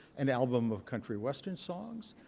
an album of country-western songs,